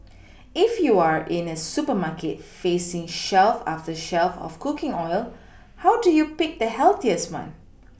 if you are in a supermarket facing shelf after shelf of cooking oil how do you pick the healthiest one